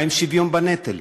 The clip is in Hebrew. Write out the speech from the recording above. מה עם שוויון בנטל?